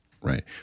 right